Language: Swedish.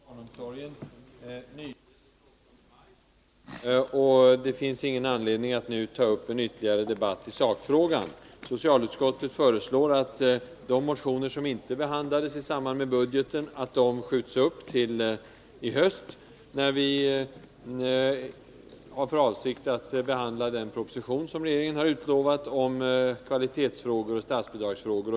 Herr talman! Riksdagen behandlade nyligen — den 28 maj — socialhuvudtiteln, den del som rör barnomsorgen. Det finns ingen anledning att nu ta upp en ytterligare debatt i sakfrågan. Socialutskottet föreslår att behandlingen av de motioner som inte behandlades i samband med budgeten skjuts upp till i höst, då vi har för avsikt att behandla den proposition som regeringen har utlovat om kvalitetsfrågor och statsbidragsfrågor.